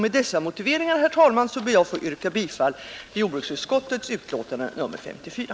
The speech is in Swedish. Med dessa motiveringar, herr talman, ber jag att få yrka bifall till utskottets hemställan i jordbruksutskottets betänkande nr 54.